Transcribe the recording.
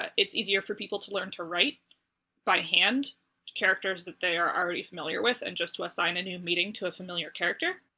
it's easier for people to learn to write by hand characters that they are already familiar with, and just to assign a new meeting to a familiar character,